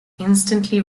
instantly